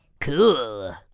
Cool